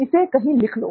इसे कहीं लिख लो